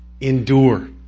endure